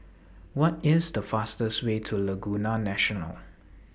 What IS The fastest Way to Laguna National